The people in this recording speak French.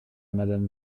madame